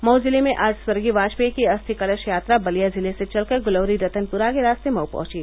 मऊ जिले में आज स्वर्गीय वाजपेयी की अस्थिकलश यात्रा बलिया जिले से चलकर ग्लौरी रतनपुरा के रास्ते मऊ पहुंची